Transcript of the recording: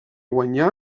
guanyà